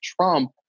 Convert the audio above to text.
Trump